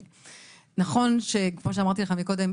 נכון שכמו שאמרתי לך קודם,